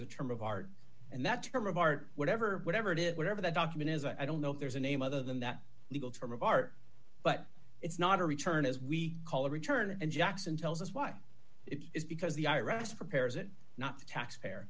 a term of art and that term of art whatever whatever it is whatever the document is i don't know if there's a name other than that legal term of art but it's not a return as we call a return and jackson tells us why it is because the i r s prepares it not the taxpayer